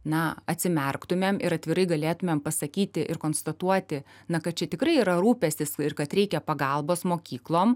na atsimerktumėm ir atvirai galėtumėm pasakyti ir konstatuoti na kad čia tikrai yra rūpestis ir kad reikia pagalbos mokyklom